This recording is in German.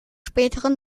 spätere